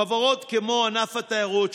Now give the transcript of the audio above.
חברות כמו ענף התיירות,